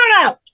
turnout